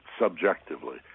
subjectively